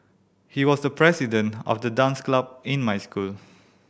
he was the president of the dance club in my school